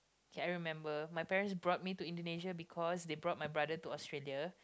okay I remember my parents brought me to Indonesia because they brought my brother to Australia